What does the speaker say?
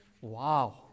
Wow